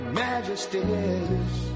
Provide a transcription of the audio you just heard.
majesties